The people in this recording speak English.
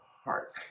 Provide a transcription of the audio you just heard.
heart